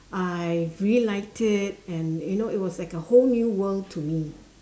I really liked it and you know it was like a whole new world to me